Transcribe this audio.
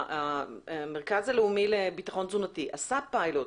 המרכז הלאומי לביטחון תזונתי עשה פיילוט.